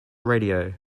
radio